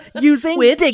Using